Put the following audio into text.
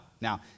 Now